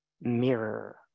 mirror